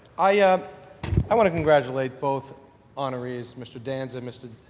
i ah i want to congratulate both honorees mr. danza and mr.